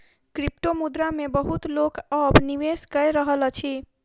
क्रिप्टोमुद्रा मे बहुत लोक अब निवेश कय रहल अछि